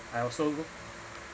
I also